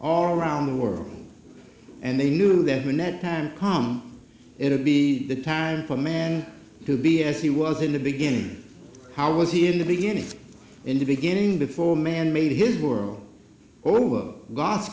all around the world and they knew that when that time kong it'll be the time for man to be as he was in the beginning how was he in the beginning and to be getting before man made his world or was god's